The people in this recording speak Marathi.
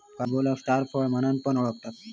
कॅरम्बोलाक स्टार फळ म्हणान पण ओळखतत